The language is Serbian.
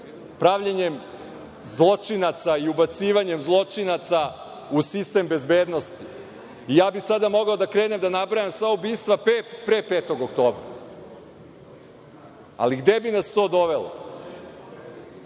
pravljenjem zločinaca i ubacivanjem zločinaca u sistem bezbednosti. Sada bih mogao da krenem da nabrajam sva ubistva pre 5. oktobra, ali gde bih nas to dovelo,